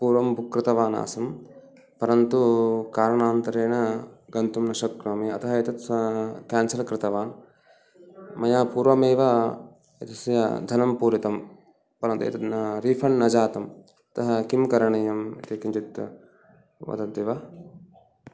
ओलं बुक् कृतवान् आसं परन्तु कारणान्तरेण गन्तुं न शक्नोमि अतः एतत् केन्सल् कृतवान् मया पूर्वमेव एतस्य धनं पूरितं परन्तु एतत् न रिफ़ण्ड् न जातं अतः किं करणीयं किञ्चित् वदति वा